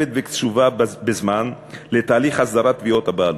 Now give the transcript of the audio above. מחייבת וקצובה בזמן לתהליך הסדרת תביעות הבעלות.